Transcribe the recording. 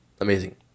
amazing